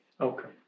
Okay